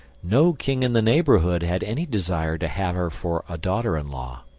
no king in the neighbourhood had any desire to have her for a daughter-in-law.